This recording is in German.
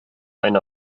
eine